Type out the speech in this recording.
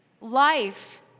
Life